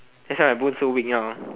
that's why my bones so weak now